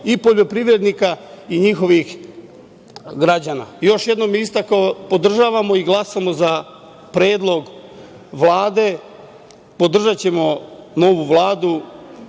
i poljoprivrednika i njihovih građana. Još jednom bih istakao, podržavam i glasamo za Predlog Vlade. Podržaćemo novu Vladu